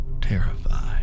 terrified